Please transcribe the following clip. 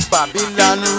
Babylon